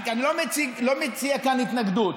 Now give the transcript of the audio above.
אני לא מציע כאן התנגדות.